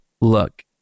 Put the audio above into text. look